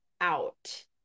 out